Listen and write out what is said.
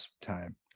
time